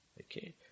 Okay